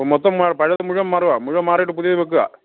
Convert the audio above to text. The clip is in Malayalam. ഇപ്പം മൊത്തം പഴയത് മുഴുവൻ മാറുക മുഴുവൻ മാറിയിട്ട് പുതിയത് വയ്ക്കുക